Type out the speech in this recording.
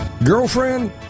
Girlfriend